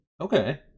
Okay